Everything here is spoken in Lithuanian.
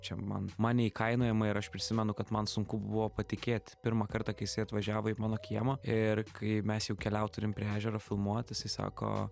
čia man man neįkainojama ir aš prisimenu kad man sunku buvo patikėt pirmą kartą kai jisai atvažiavo į mano kiemą ir kai mes jau keliaut turim prie ežero filmuot jisai sako